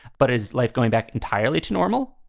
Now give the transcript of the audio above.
but is life going back entirely to normal?